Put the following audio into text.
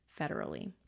Federally